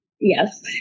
Yes